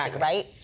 right